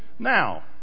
Now